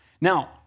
Now